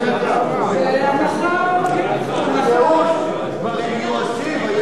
הם כבר מיואשים.